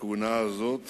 בכהונה הזאת